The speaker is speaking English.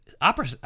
opera